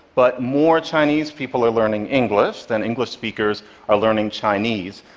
but more chinese people are learning english than english speakers are learning chinese.